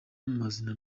mazina